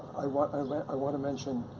i want, i want to mention